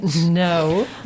No